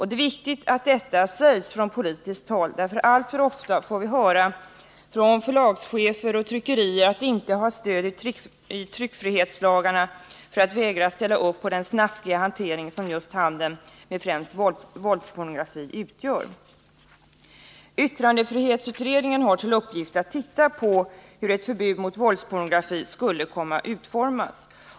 Det är viktigt att detta sägs från politiskt håll — alltför ofta får vi höra från förlagschefer och tryckerier att de inte har stöd i tryckfrihetslagarna för att vägra ställa upp på den snaskiga hantering som just handeln med främst våldspornografin utgör. Yttrandefrihetsutredningen har till uppgift att titta på hur ett förbud mot våldspornografi skulle kunna utformas.